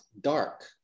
dark